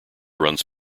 runs